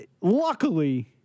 Luckily